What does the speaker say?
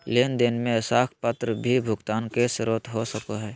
लेन देन में साख पत्र भी भुगतान के स्रोत हो सको हइ